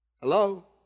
hello